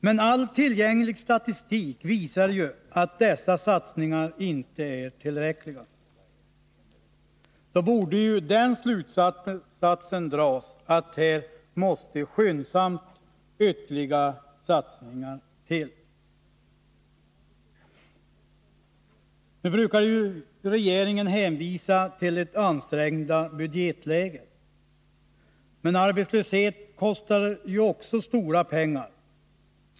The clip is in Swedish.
Men all tillgänglig statistik visar att dessa åtgärder inte är tillräckliga. Då borde den slutsatsen dras, att här måste skyndsamt ytterligare satsningar till. Regeringen brukar hänvisa till det ansträngda budgetläget. Men arbetslöshet kostar också stora pengar.